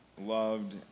loved